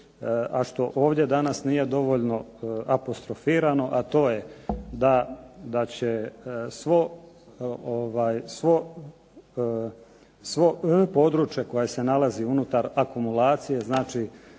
a što ovdje danas nije dovoljno apostrofirano, a to je da će svo područje koje se nalazi unutar akumulacije